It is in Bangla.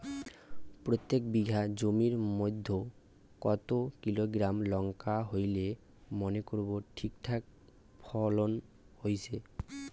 প্রত্যেক বিঘা জমির মইধ্যে কতো কিলোগ্রাম লঙ্কা হইলে মনে করব ঠিকঠাক ফলন হইছে?